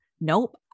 Nope